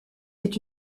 est